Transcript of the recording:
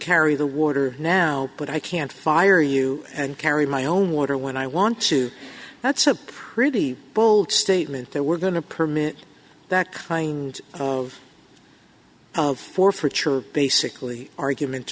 carry the water now but i can't fire you and carry my own water when i want to that's a pretty bold statement that we're going to permit that kind of forfeiture basically argument